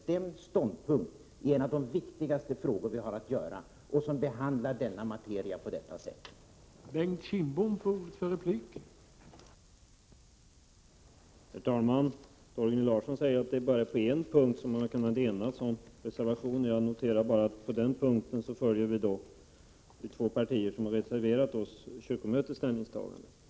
1987/88:95 en av de viktigaste frågor som vi har att ta ställning till — behandla denna — 7 april 1988